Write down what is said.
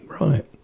Right